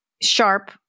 sharp